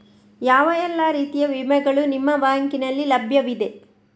ಯಾವ ಎಲ್ಲ ರೀತಿಯ ವಿಮೆಗಳು ನಿಮ್ಮ ಬ್ಯಾಂಕಿನಲ್ಲಿ ಲಭ್ಯವಿದೆ?